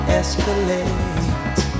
escalate